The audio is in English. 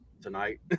tonight